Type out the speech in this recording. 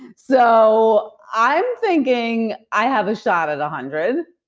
so, i'm thinking i have a shot at a hundred